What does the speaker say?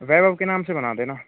वैभव के नाम से बना देना